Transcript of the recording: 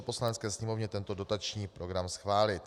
Poslanecké sněmovně tento dotační program schválit.